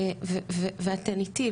ואתן איתי.